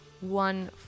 one